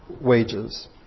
wages